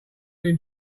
him